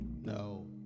no